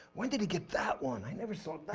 when did he get that one? i never saw